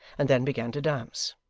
and then began to dance